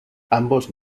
ambos